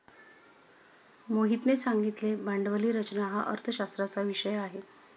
मोहितने सांगितले भांडवली रचना हा अर्थशास्त्राचा विषय आहे